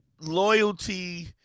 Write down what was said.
loyalty